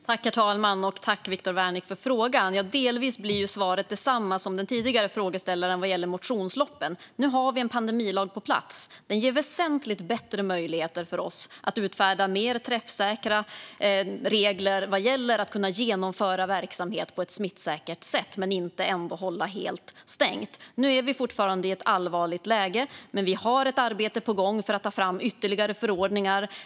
Herr talman! Tack, Viktor Wärnick, för frågan! Delvis blir svaret detsamma som till den tidigare frågeställaren vad gäller motionsloppen. Nu har vi en pandemilag på plats. Den ger väsentligt bättre möjligheter för oss att utfärda mer träffsäkra regler vad gäller att kunna genomföra verksamhet på ett smittsäkert sätt utan att hålla helt stängt. Nu är vi fortfarande i ett allvarligt läge, men vi har ett arbete på gång för att ta fram ytterligare förordningar.